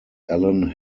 allen